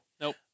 Nope